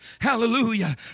Hallelujah